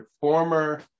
former